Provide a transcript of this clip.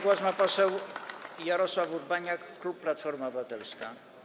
Głos ma poseł Jarosław Urbaniak, klub Platforma Obywatelska.